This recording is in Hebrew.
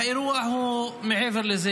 והאירוע הוא מעבר לזה,